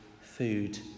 food